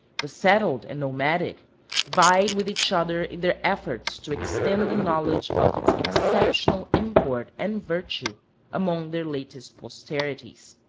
the settled and nomadic vied with each other in their efforts to extend the knowledge of its exceptional import and virtue among their latest posterities.